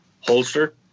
holster